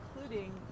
including